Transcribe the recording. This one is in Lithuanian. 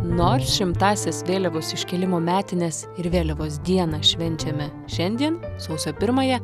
nors šimtąsias vėliavos iškėlimo metines ir vėliavos dieną švenčiame šiandien sausio pirmąją